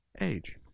age